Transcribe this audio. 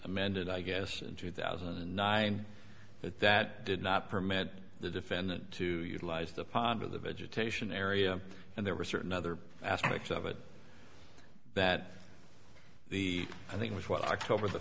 and i guess in two thousand and nine that did not permit the defendant to utilize the pond or the vegetation area and there were certain other aspects of it that the i think was what october the